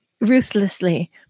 ruthlessly